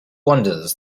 wanders